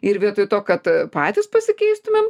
ir vietoj to kad patys pasikeistumėm